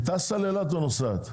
היא טסה לאילת או נוסעת?